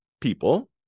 people